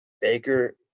Baker